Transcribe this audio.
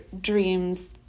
dreams